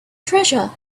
treasure